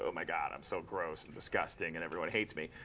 ah my god, i'm so gross and disgusting, and everyone hates me.